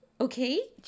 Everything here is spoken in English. Okay